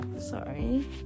sorry